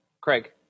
Craig